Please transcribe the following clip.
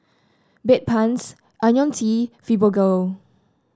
Bedpans IoniL T Fibogel